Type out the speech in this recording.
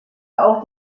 auch